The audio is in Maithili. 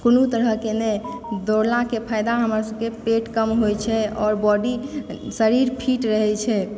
कोनो तरहकेँ नहि दौड़लाके फायदा हमरा सबकेँ पेट कम होइ छै आओर बॉडी शरीर फिट रहए छै